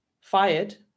fired